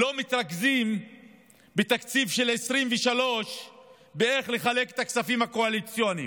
לא מתרכזים בתקציב של 2023 ובאיך לחלק את הכספים הקואליציוניים.